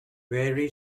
very